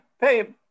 Pay